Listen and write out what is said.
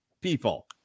people